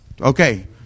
Okay